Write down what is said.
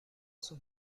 sus